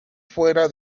fuera